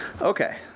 Okay